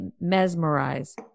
mesmerize